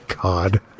god